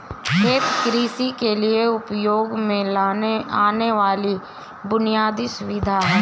खेत कृषि के लिए उपयोग में आने वाली बुनयादी सुविधा है